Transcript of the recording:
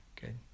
Good